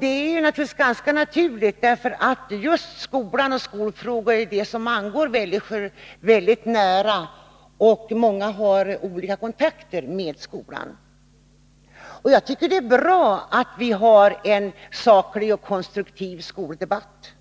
Det är ganska naturligt, eftersom just skola och skolfrågor är något som ligger människor väldigt nära. Många har olika kontakter med skolan. Jag tycker det är bra att vi för en saklig och konstruktiv debatt.